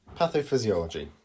Pathophysiology